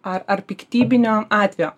ar ar piktybinio atvejo